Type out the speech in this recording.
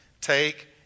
take